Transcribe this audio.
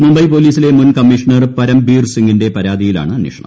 മുംബൈ പൊലീസിലെ മുൻ കമ്മീഷണർ പരംബീർ സിംഗിന്റെ പരാതിയിലാണ് അന്വേഷണം